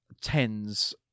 tens